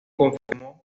confirmó